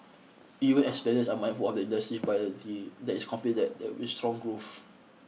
even as are of industry that is confident that there with strong growth